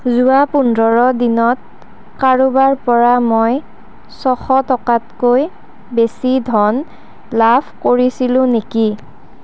যোৱা পোন্ধৰ দিনত কাৰোবাৰ পৰা মই ছশ টকাতকৈ বেছি ধন লাভ কৰিছিলোঁ নেকি